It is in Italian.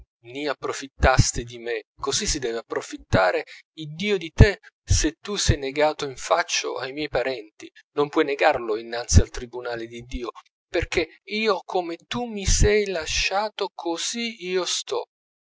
ni approfittasti di mè così si deve approfittare i dio di tè se tu sei negato infaccio ai miei parenti non può negarlo innazi al tribunale di dio perchè io come tu mi sei lasciato così io sto